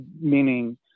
meaning